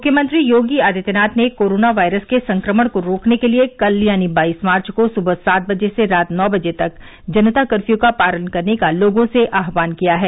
मुख्यमंत्री योगी आदित्यनाथ ने corona virus के संक्रमण को रोकने के लिये कल यानी बाईस मार्च को सुबह सात बजे से रात नौ बजे तक जनता कर्फ्यू का पालन करने का लोगों से आहवान किया है